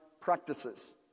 practices